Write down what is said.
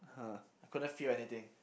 !huh! I couldn't feel anything